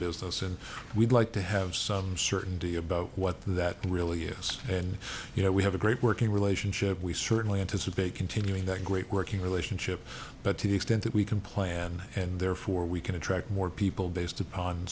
and we'd like to have some certainty about what that really is and you know we have a great working relationship we certainly anticipate continuing that great working relationship but to the extent that we can plan and therefore we can attract more people based upon